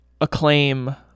acclaim